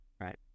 Right